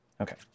Okay